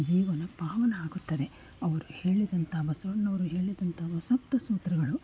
ಜೀವನ ಪಾವನ ಆಗುತ್ತದೆ ಅವರು ಹೇಳಿದಂತ ಬಸವಣ್ಣವರು ಹೇಳಿದಂತ ವ ಸಪ್ತ ಸೂತ್ರಗಳು